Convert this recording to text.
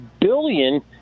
billion